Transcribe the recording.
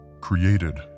Created